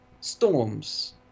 storms